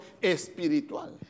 espiritual